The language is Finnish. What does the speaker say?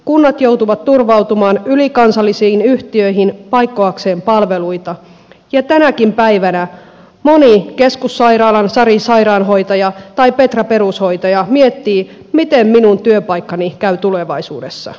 kunnat joutuvat turvautumaan ylikansallisiin yhtiöihin paikatakseen palveluita ja tänäkin päivänä moni keskussairaalan sari sairaanhoitaja tai petra perushoitaja miettii miten minun työpaikkani käy tulevaisuudessa